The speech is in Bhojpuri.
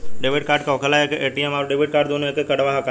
डेबिट कार्ड का होखेला और ए.टी.एम आउर डेबिट दुनों एके कार्डवा ह का?